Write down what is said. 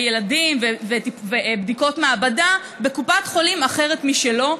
ילדים ובדיקות מעבדה בקופת חולים אחרת משלו,